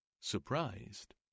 Surprised